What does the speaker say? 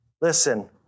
listen